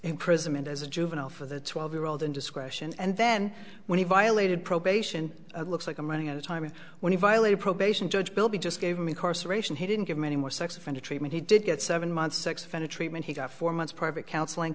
imprisonment as a juvenile for the twelve year old indiscretion and then when he violated probation looks like i'm running at a time when he violated probation judge bilby just gave me course aeration he didn't give me any more sex offender treatment he did get seven months sex offender treatment he got four months private counseling